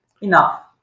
enough